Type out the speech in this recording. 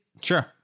Sure